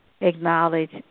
acknowledge